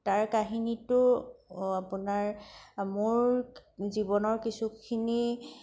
তাৰ কাহিনীটো আপোনাৰ মোৰ জীৱনৰ কিছুখিনি